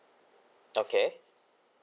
okay